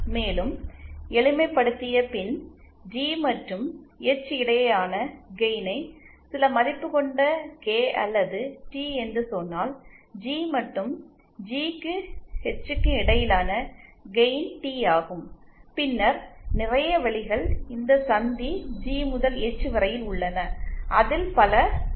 மேலும் எளிமைப்படுத்திய பின் ஜி மற்றும் எச் இடையேயான கெயினை சில மதிப்பு கொண்ட கே அல்லது டி என்று சொன்னால் ஜி மற்றும் ஜி க்கு ஹெச் க்கு இடையிலான கெயின் டி ஆகும் பின்னர் நிறைய வழிகள் இந்த சந்தி ஜி முதல் ஹெச் வரையில் உள்ளன அதில் பல சிக்கலான வழிகள் இருக்கலாம்